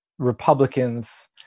Republicans